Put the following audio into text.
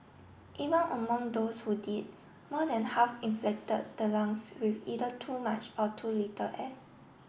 even among those who did more than half inflated the lungs with either too much or too little air